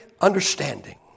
understanding